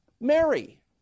Mary